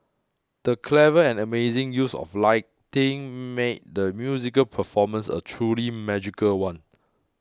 the clever and amazing use of lighting made the musical performance a truly magical one